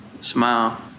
smile